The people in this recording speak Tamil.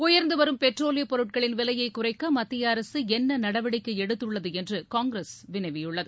உயர்ந்து வரும் பெட்ரோலியப் பொருட்களின் விலையைக் குறைக்க மத்திய அரசு என்ன நடவடிக்கை எடுத்துள்ளது என்று காங்கிரஸ் வினவியுள்ளது